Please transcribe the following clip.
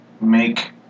make